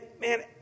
man